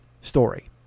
story